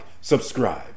subscribe